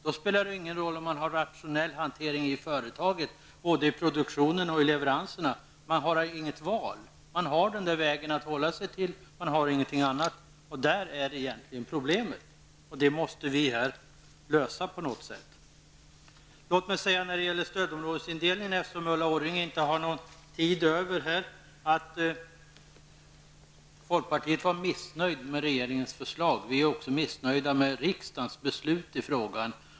Då spelar det ingen roll om man har rationell hantering i företagen både när det gäller produktion och när det gäller leveranser, man har ju inget val. Man har bara den vägen att hålla sig till, det finns inget annat. Där är egentligen problemet. Det måste vi försöka lösa på något vis. Låt mig säga när det gäller stödområdesindelningen, eftersom Ulla Orring inte har taletid kvar, att folkpartiet var missnöjt med regeringens förslag. Vi är också missnöjda med riksdagens beslut i frågan.